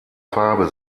farbe